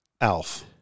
ALF